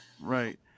Right